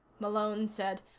malone said.